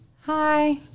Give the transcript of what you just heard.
hi